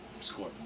score